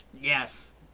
Yes